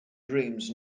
dreams